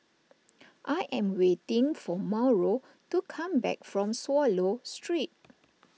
I am waiting for Mauro to come back from Swallow Street